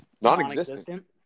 non-existent